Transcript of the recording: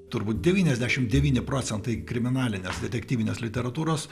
turbūt devyniasdešimt devyni procentai kriminalinės detektyvinės literatūros